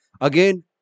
Again